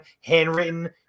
handwritten